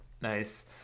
nice